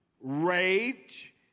rage